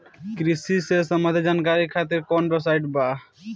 कृषि से संबंधित जानकारी खातिर कवन वेबसाइट बा?